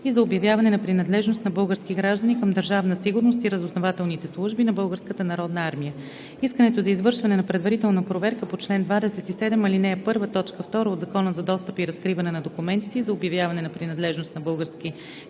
и за обявяване на принадлежност на български граждани към Държавна сигурност и разузнавателните служби на Българската народна армия. Искането за извършване на предварителна проверка по чл. 27, ал. 1, т. 2 от Закона за достъп и разкриване на документите и за обявяване на принадлежност на български граждани